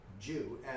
Jew